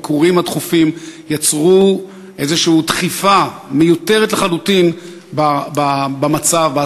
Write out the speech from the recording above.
הביקורים התכופים יצרו דחיפה מיותרת לחלוטין במצב,